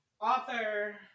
author